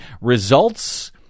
results